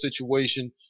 situation